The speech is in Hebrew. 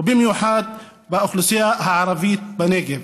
ובמיוחד באוכלוסייה הערבית בנגב.